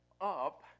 up